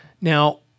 Now